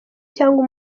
cyangwa